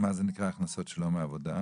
מה זה נקרא הכנסות שלא מעבודה?